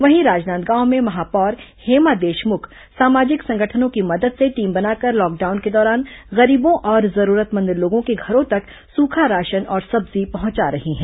वहीं राजनांदगांव में महापौर हेमा देशमुख सामाजिक संगठनों की मदद से टीम बनाकर लॉकडाउन के दौरान गरीबों और जरूरतमंद लोगों के घरों तक सूखा राशन और सब्जी पहंचा रही है